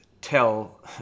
tell